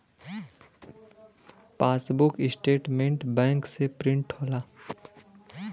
passbook statement bank से print होला